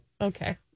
Okay